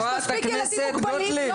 יש מספיק ילדים מוגבלים,